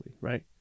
right